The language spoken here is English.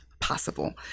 possible